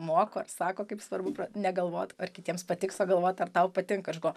moko sako kaip svarbu negalvot ar kitiems patiks o galvot ar tau patinka aš galvoju